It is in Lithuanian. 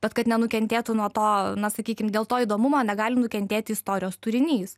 bet kad nenukentėtų nuo to na sakykim dėl to įdomumo negali nukentėti istorijos turinys